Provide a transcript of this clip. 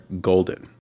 golden